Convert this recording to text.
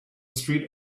street